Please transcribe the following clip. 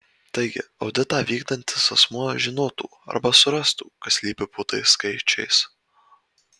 taigi auditą vykdantis asmuo žinotų arba surastų kas slypi po tais skaičiais